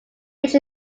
which